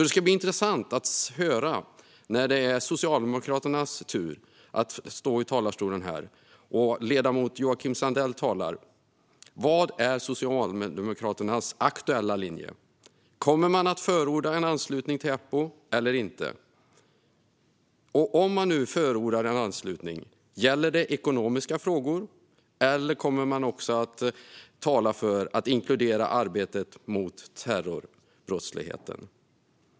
Det ska bli intressant att höra när det är Socialdemokraternas tur här i talarstolen och ledamoten Joakim Sandell ska tala. Vilken är Socialdemokraternas aktuella linje? Kommer man att förorda en anslutning till Eppo eller inte? Och om man förordar en anslutning, gäller den då ekonomiska frågor eller kommer man också att tala för att inkludera arbetet mot terrorbrottsligheten?